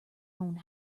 own